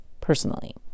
personally